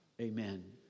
amen